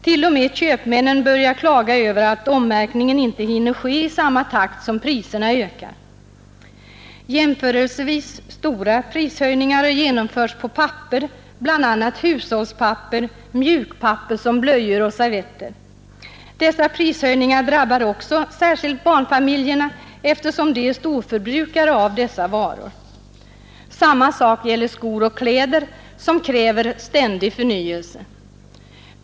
Till och med köpmännen börjar klaga över att ommärkningen inte hinner ske i samma takt som priserna ökar. Jämförelsevis stora prishöjningar har genomförts på papper, bl.a. hushållspapper och mjukpapper som blöjor och servetter. Dessa prishöjningar drabbar också särskilt barnfamiljerna, eftersom de är storförbrukare av dessa varor. Samma sak gäller skor och kläder, som kräver ständig förnyelse.